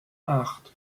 acht